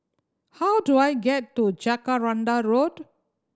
how do I get to Jacaranda Road